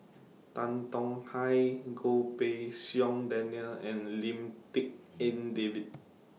Tan Tong Hye Goh Pei Siong Daniel and Lim Tik En David